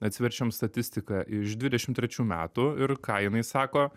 atsiverčiam statistiką iš dvidešim trečių metų ir ką jinai sako